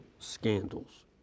scandals